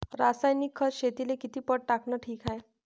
रासायनिक खत शेतीले किती पट टाकनं ठीक हाये?